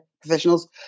professionals